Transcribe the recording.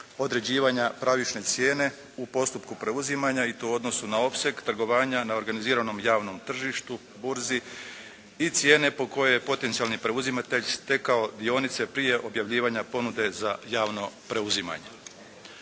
određivanja pravične cijene u postupku preuzimanja i to u odnosu na opseg trgovanja, na organiziranom javnom tržištu, burzi i cijene koje je potencijalni preuzimatelj stekao dionice prije objavljivanja ponude za javno preuzimanje.